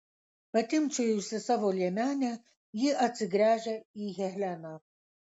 patimpčiojusi savo liemenę ji atsigręžia į heleną